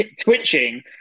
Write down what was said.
twitching